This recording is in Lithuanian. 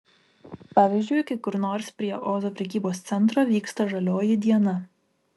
pavyzdžiui kai kur nors prie ozo prekybos centro vyksta žalioji diena